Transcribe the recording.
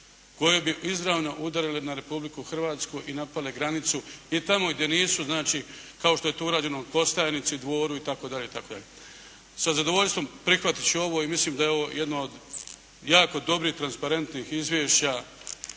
koje bi izravno udarile na Republiku Hrvatsku i napale granicu i tamo gdje nisu znači kao što je to urađeno u Kostajnici, u Dvoru itd. itd. Sa zadovoljstvom prihvatiti ću ovo i mislim a je ovo jedno od jako dobrih transparentnih izvješća